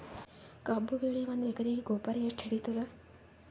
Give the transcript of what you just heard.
ಕಬ್ಬು ಬೆಳಿ ಒಂದ್ ಎಕರಿಗಿ ಗೊಬ್ಬರ ಎಷ್ಟು ಹಿಡೀತದ?